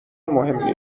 مهم